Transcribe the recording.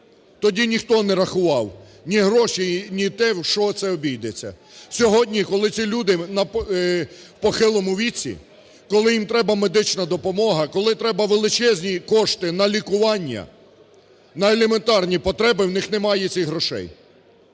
тоді ніхто не рахував ні грошей, ні те, в що це обійдеться. Сьогодні, коли ці люди в похилому віці, коли їм треба медична допомога, коли треба величезні кошти на лікування, на елементарні потреби, у них немає цих грошей.